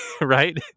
right